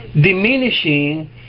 diminishing